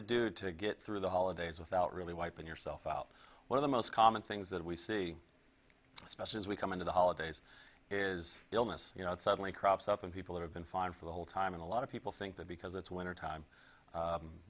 to do to get through the holidays without really wiping yourself out one of the most common things that we see especially as we come into the holidays is illness you know it suddenly crops up and people have been fine for the whole time and a lot of people think that because it's winter time